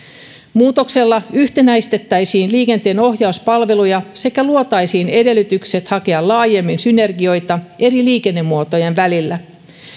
muutoksella yhtenäistettäisiin liikenteenohjauspalveluja sekä luotaisiin edellytykset hakea laajemmin synergioita eri liikennemuotojen välillä